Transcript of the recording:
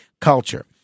culture